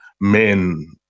men